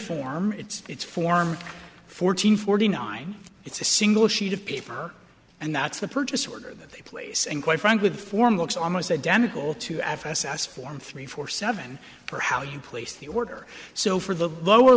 form it's it's form fourteen forty nine it's a single sheet of paper and that's the purchase order that they place and quite frankly the form looks almost identical to fs s form three four seven for how you place the order so for the lower